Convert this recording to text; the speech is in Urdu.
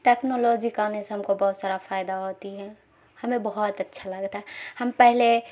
ٹیکنالوجی کرنے سے ہم کو بہت سارا فائدہ ہوتی ہیں ہمیں بہت اچھا لگتا ہے ہم پہلے